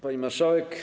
Pani Marszałek!